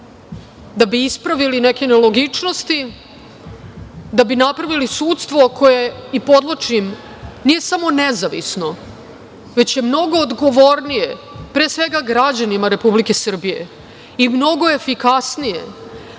da bi ispravili neke nelogičnosti, da bi napravili sudstvo koje i podvlačim, nije samo nezavisno, već je mnogo odgovornije, pre svega građanima Republike Srbije i mnogo je efikasnije,